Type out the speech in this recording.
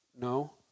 No